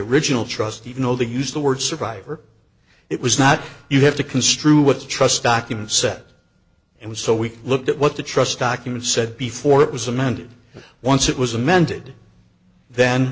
original trust even though the use the word survivor it was not you have to construe what the trust document said and so we looked at what the trust document said before it was amended once it was amended then